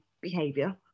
behavior